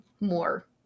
more